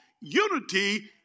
Unity